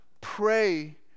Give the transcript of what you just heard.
pray